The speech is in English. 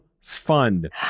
Fund